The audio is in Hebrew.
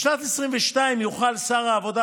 בשנת 2022 יוכל שר העבודה,